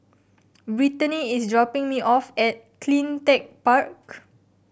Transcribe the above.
Britany is dropping me off at Cleantech Park